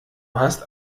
hast